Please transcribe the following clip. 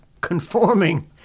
conforming